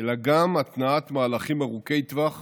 אלא גם התנעת מהלכים ארוכי טווח